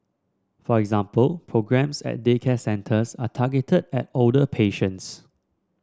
for example programmes at daycare centres are targeted at older patients